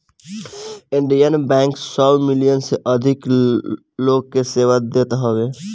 Indian bank सौ million से अधिक लोग के सेवा देत हवे